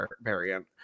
variant